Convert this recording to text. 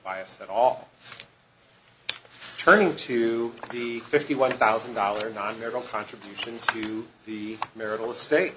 biased at all turning to the fifty one thousand dollars or nonmetal contribution to the marital state